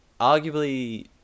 arguably